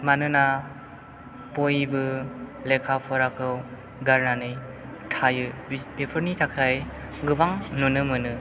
मानोना बयबो लेखा फराखौ गारनानै थायो बेफोरनि थाखाय गोबां नुनो मोनो